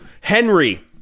Henry